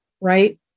right